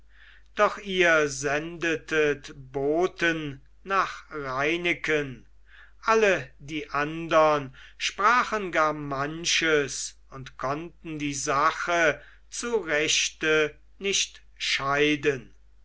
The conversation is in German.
doch ihr sendetet boten nach reineken alle die andern sprachen gar manches und konnten die sache zu rechte nicht scheiden